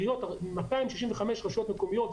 265 רשויות מקומיות,